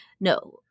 No